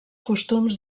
costums